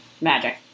Magic